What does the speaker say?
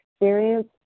experience